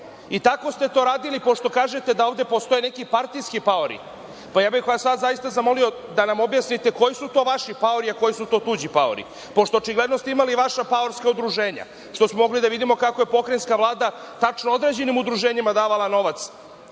Tako ste to radili. Pošto ovde kažete da ovde postoje neki partijski paori, zaista bih vas zamolio da nam objasnite koji su to vaši paori, a koji su to tuđi paori, pošto ste očigledno imali vaša paorska udruženja, pošto smo mogli da vidimo kako je Pokrajinska vlada tačno određenim udruženjima davala novac